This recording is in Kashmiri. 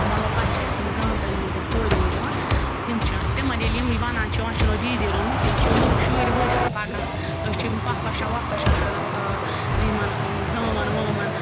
مطلب پَتہٕ چھِ اَسہِ یِم زامتٕرۍ وامتٕرۍ کورِ وورِ یِوان تِم چھِ تِمَن ییٚلہِ یِم وَنان چھِ وۄنۍ چھُنو دیٖدی روٚنمُت تِم چھِ ہو شُرۍ وُرۍ ہیٚتھ پَکان أسۍ چھِ یِم پوٚپھ ہَشَن ووٚپھ ہَشَن کَران سال یِمَن زٲمَن وٲمَن